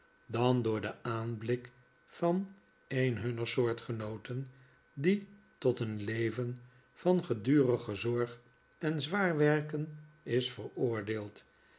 dan door den aanblik van een hunner soortgenooten die tot een leven van gedurige zorg en zwaar werken is veroordeeld